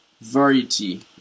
variety